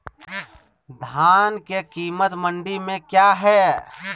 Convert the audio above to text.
धान के कीमत मंडी में क्या है?